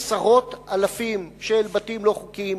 יש עשרות אלפים של בתים לא חוקיים,